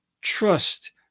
trust